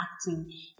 acting